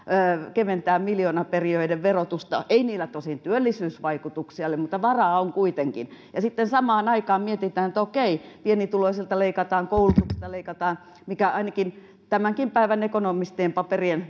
keventää miljoonaperijöiden verotusta ei sillä tosin työllisyysvaikutuksia ole mutta varaa on kuitenkin ja sitten samaan aikaan mietitään että okei pienituloisilta leikataan koulutuksesta leikataan vaikka ainakin tämänkin päivän ekonomistien paperien